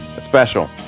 special